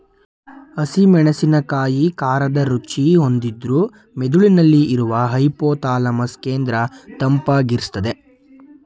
ಹಸಿ ಮೆಣಸಿನಕಾಯಿ ಖಾರದ ರುಚಿ ಹೊಂದಿದ್ರೂ ಮೆದುಳಿನಲ್ಲಿ ಇರುವ ಹೈಪೋಥಾಲಮಸ್ ಕೇಂದ್ರ ತಂಪಾಗಿರ್ಸ್ತದೆ